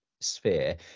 sphere